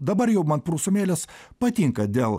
dabar jau mat prūsų mėlis patinka dėl